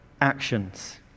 actions